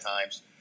times